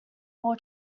all